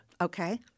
Okay